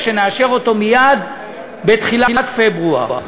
ושנאשר אותו מייד בתחילת פברואר.